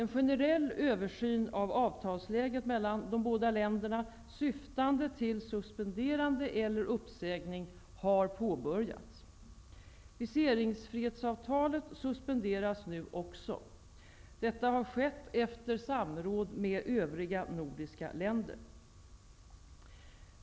En generell översyn av avtalsläget mellan de båda länderna syftande till suspenderande eller uppsägning har påbörjats. Viseringsfrihetsavtalet suspenderas nu också. Detta har skett efter samråd med övriga nordiska länder.